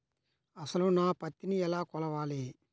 అసలు నా పత్తిని ఎలా కొలవాలి?